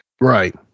Right